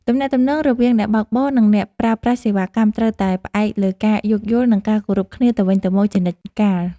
ទំនាក់ទំនងរវាងអ្នកបើកបរនិងអ្នកប្រើប្រាស់សេវាកម្មត្រូវតែផ្អែកលើការយោគយល់និងការគោរពគ្នាទៅវិញទៅមកជានិច្ចកាល។